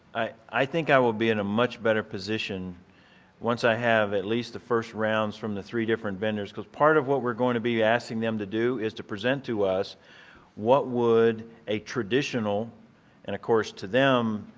i think i will be in a much better position once i have at least the first rounds from the three different vendors cause part of what we're going to be asking them to do is to present to us what would a traditional and of course to them,